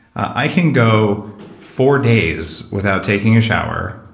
i can go four days without taking a shower.